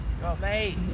Hey